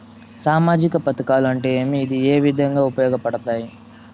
సామాజిక పథకాలు అంటే ఏమి? ఇవి ఏ విధంగా ఉపయోగపడతాయి పడతాయి?